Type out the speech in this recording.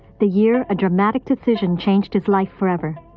the year a dramatic decision changed his life forever.